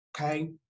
okay